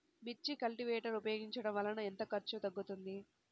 మిర్చి కల్టీవేటర్ ఉపయోగించటం వలన ఎంత ఖర్చు తగ్గుతుంది?